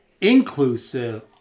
inclusive